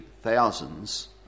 thousands